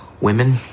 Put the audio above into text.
women